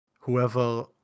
whoever